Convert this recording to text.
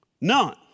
None